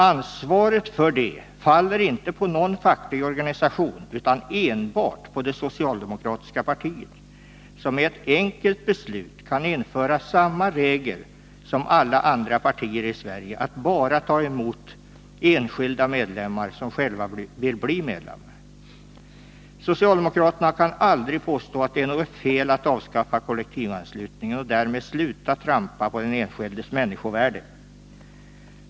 Ansvaret för detta faller inte på någon facklig organisation utan enbart på socialdemokratiska partiet, som med ett enkelt beslut kan införa samma regel som alla andra partier i Sverige: att bara ta emot enskilda medlemmar som själva vill bli medlemmar. Socialdemokraterna kan aldrig påstå att det är något fel att avskaffa kollektivanslutningen och därmed sluta trampa på den enskildes människovärde.